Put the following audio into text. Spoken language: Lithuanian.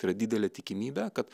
tai yra didelė tikimybė kad